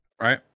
Right